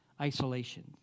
isolation